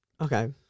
Okay